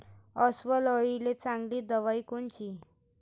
अस्वल अळीले चांगली दवाई कोनची?